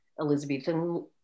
elizabethan